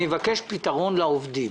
אני אבקש פתרון לעובדים.